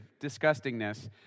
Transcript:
disgustingness